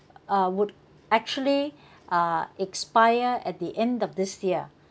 uh would actually uh expire at the end of this year